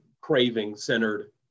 craving-centered